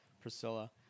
Priscilla